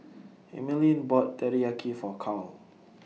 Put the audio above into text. Emeline bought Teriyaki For Carl